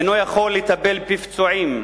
אינו יכול לטפל בפצועים.